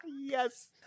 Yes